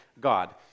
God